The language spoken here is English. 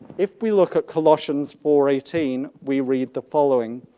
if we look at colossians four eighteen, we read the following,